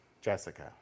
Jessica